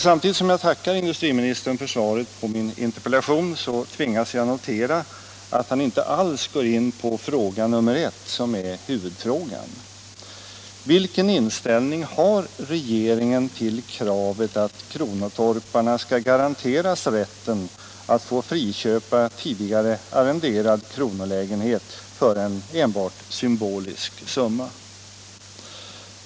Samtidigt som jag tackar industriministern för svaret på min interpellation tvingas jag notera att han inte alls går in på fråga nr I som är huvudfrågan: Vilken inställning har regeringen till kravet att kronotorparna skall garanteras rätten att få friköpa tidigare arrenderad kronolägenhet för en symbolisk summa?